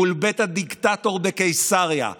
מול בית הדיקטטור בקיסריה,